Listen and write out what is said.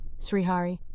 Srihari